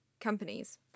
companies